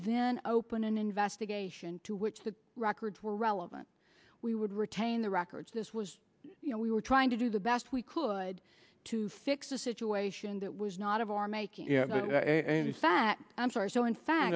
then open an investigation to which the records were relevant we would retain the records this was you know we were trying to do the best we could to fix a situation that was not of our making any fact i'm sorry so in fact